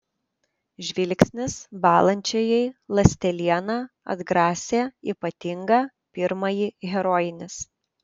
žvilgsnis bąlančiajai ląsteliena atgrasė ypatingą pirmąjį herojinis